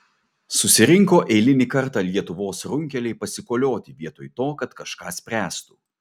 susirinko eilinį kartą lietuvos runkeliai pasikolioti vietoj to kad kažką spręstų